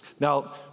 Now